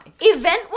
Event